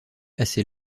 assez